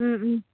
ꯎꯝ ꯎꯝ